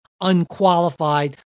unqualified